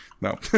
No